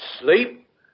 sleep